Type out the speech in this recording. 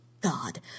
God